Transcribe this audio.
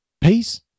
peace